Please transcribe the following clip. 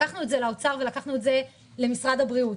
לקחנו את זה לאוצר ולמשרד הבריאות.